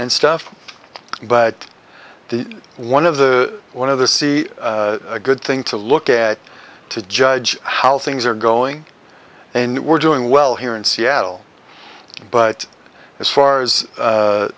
and stuff but the one of the one of the see a good thing to look at to judge how things are going and we're doing well here in seattle but as far as